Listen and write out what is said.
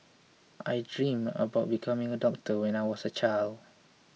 I dreamt of becoming a doctor when I was a child